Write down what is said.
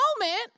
moment